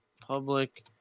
public